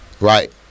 Right